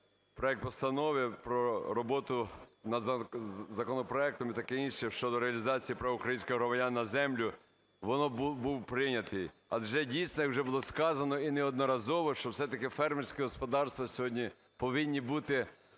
проект постанови про роботу над законопроектом і таке інше, щодо реалізації права українського громадянина на землю, він був прийнятий. Адже, дійсно, як вже було сказано, і неодноразово, що все-таки фермерські господарства сьогодні повинні бути